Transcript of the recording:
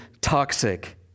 toxic